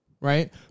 right